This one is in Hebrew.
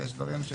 ויש דברים,